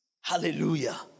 Hallelujah